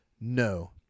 No